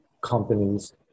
companies